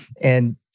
And-